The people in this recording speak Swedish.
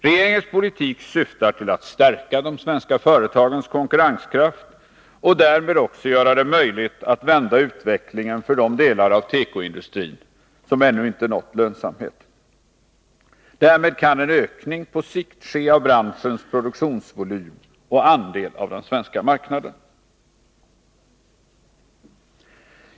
Regeringens politik syftar till att stärka de svenska företagens konkurrenskraft och därmed också göra det möjligt att vända utvecklingen för de delar av tekoindustrin som ännu inte nått lönsamhet. Därmed kan en ökning ske på sikt av branschens produktionsvolym och andel av den svenska marknaden.